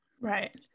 Right